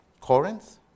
Corinth